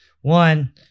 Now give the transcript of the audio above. one